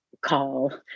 call